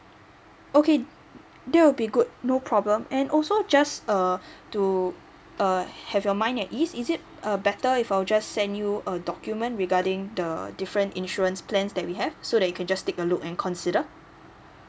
okay that will be good no problem and also just uh to err have your mind at ease is it uh better if I'll just send you a document regarding the different insurance plans that we have so that you can just take a look and consider